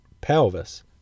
pelvis